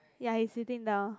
ya he sitting down